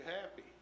happy